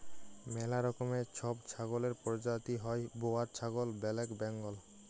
ম্যালা রকমের ছব ছাগলের পরজাতি হ্যয় বোয়ার ছাগল, ব্যালেক বেঙ্গল